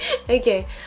Okay